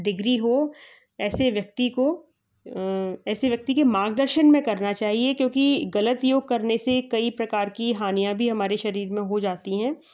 degree हो ऐसे व्यक्ति को ऐसे व्यक्ति के मार्गदर्शन में करना चाहिए क्योंकि गलत योग करने से कई प्रकार की हानियाँ भी हमारे शरीर में हो जाती हैं